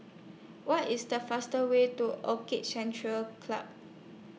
What IS The fastest Way to Orchid Centre Club